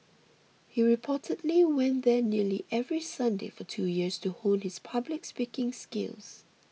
he reportedly went there nearly every Sunday for two years to hone his public speaking skills